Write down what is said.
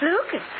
Lucas